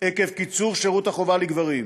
עקב קיצור שירות החובה לגברים.